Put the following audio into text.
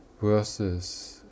verses